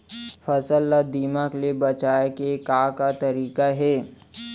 फसल ला दीमक ले बचाये के का का तरीका हे?